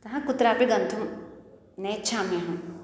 अतः कुत्रापि गन्तुं नेच्छामि अहम्